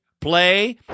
play